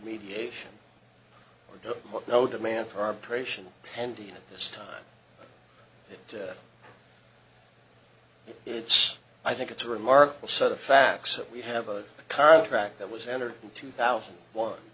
mediation no demand for arbitration handy at this time it's i think it's a remarkable set of facts that we have a contract that was entered in two thousand